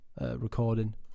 recording